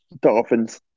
Dolphins